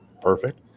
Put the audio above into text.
perfect